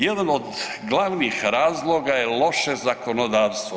Jedan od glavnih razloga je loše zakonodavstvo.